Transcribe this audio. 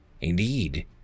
Indeed